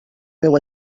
meu